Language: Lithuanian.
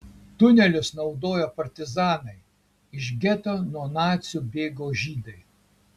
tunelius naudojo partizanai iš geto nuo nacių bėgo žydai